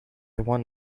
one